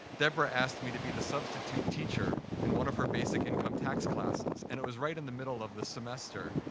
deborah asked me to be the substitute teacher in one of her basic income tax classes, and it was right in the middle of the semester.